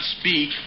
speak